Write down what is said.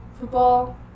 football